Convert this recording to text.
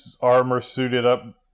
armor-suited-up